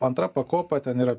antra pakopa ten yra